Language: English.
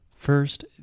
First